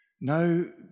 No